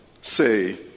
say